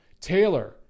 Taylor